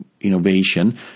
innovation